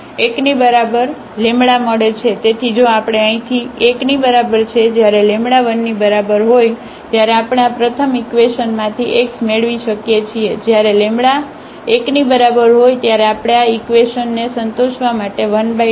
તેથી જો આપણે અહીંથી 1 ની બરાબર છે જ્યારે 1 ની બરાબર હોય ત્યારે આપણે આ પ્રથમ ઇકવેશન માંથી x મેળવી શકીએ છીએ જ્યારે 1 ની બરાબર હોય ત્યારે આપણે આ ઇકવેશન ને સંતોષવા માટે 12 હોવું જોઈએ